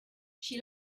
she